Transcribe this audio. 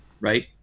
right